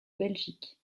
belgique